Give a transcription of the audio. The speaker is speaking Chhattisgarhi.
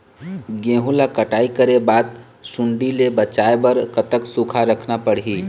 गेहूं ला कटाई करे बाद सुण्डी ले बचाए बर कतक सूखा रखना पड़ही?